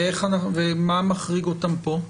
ומה מחריג אותם פה?